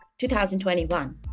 2021